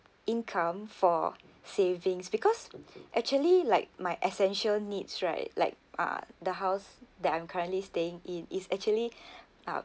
income for savings because actually like my essential needs right like uh the house that I'm currently staying in is actually um